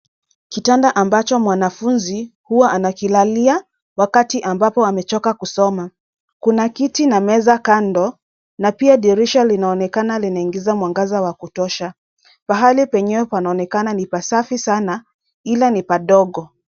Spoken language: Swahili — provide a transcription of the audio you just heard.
Kitanda ambacho mwanafunzi huwa anakilalia wakati ambapo amechoka kusoma. Kuna kiti na meza kando na pia dirisha linaonekana linaingiza mwangaza wa kutosha. Pahali penyewe panaonekana ni pasafi sana ila ni padogo.